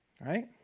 Right